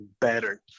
better